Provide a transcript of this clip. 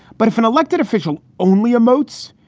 but if an elected official only emotes,